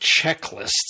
checklists